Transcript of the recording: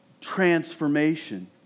transformation